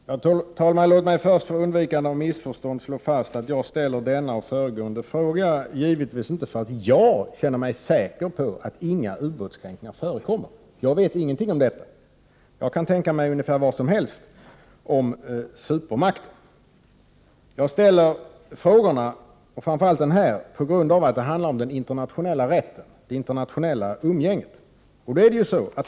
Prot. 1988/89:60 Herr talman! Låt mig först för undvikande av missförstånd slå fast att jag 2 februari 1989 givetvis inte ställde denna och föregående fråga därför att jag känner mig Om åtgärder för att säker på att inga ubåtskränkningar förekommer. Jag vet ingenting om detta E Ä É a E motverka befolkningsoch kan tänka mig ungefär vad som helst om supermakter. Jag ställer kni i Väst frågorna, och framför allt den här, för att de handlar om den internationella JRR TE BRENE Po norrlands län rätten och det internationella umgänget.